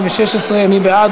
התשע"ו 2016. מי בעד?